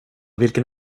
vilken